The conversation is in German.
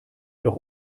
doch